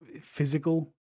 physical